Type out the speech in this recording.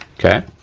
okay,